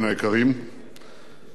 מכובדי,